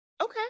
Okay